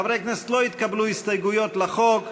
חברי הכנסת, לא התקבלו הסתייגויות לחוק.